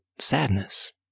Sadness